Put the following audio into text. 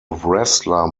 wrestler